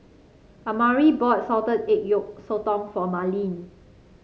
amari bought Salted Egg Yolk Sotong for Marleen